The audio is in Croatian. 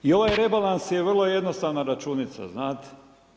I ovaj rebalans je vrlo jednostavna računica, znate.